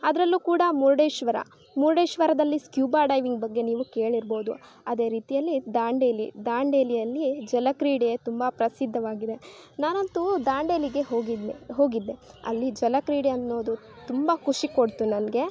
ಅದರಲ್ಲೂ ಕೂಡ ಮುರ್ಡೇಶ್ವರ ಮುರ್ಡೇಶ್ವರದಲ್ಲಿ ಸ್ಕೂಬಾ ಡೈವಿಂಗ್ ಬಗ್ಗೆ ನೀವು ಕೇಳಿರ್ಬೌದು ಅದೇ ರೀತಿಯಲ್ಲಿ ದಾಂಡೇಲಿ ದಾಂಡೇಲಿಯಲ್ಲಿ ಜಲಕ್ರೀಡೆಯು ತುಂಬ ಪ್ರಸಿದ್ಧವಾಗಿದೆ ನಾನಂತು ದಾಂಡೇಲಿಗೆ ಹೋಗಿದ್ದೆ ಹೋಗಿದ್ದೆ ಅಲ್ಲಿ ಜಲಕ್ರೀಡೆ ಅನ್ನೋದು ತುಂಬ ಖುಷಿ ಕೊಡ್ತು ನನಗೆ